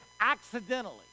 accidentally